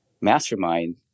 mastermind